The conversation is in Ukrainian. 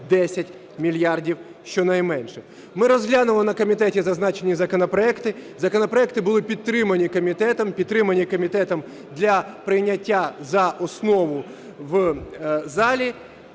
10 мільярдів, щонайменше. Ми розглянули на комітеті зазначені законопроекти. Законопроекти були підтримані комітетом, підтримані комітетом для прийняття за основу в залі,